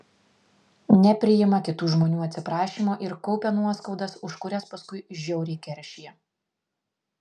nepriima kitų žmonių atsiprašymo ir kaupia nuoskaudas už kurias paskui žiauriai keršija